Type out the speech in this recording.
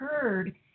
heard